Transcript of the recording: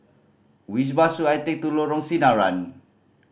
which bus should I take to Lorong Sinaran